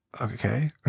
okay